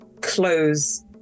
close